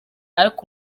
ariko